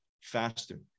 faster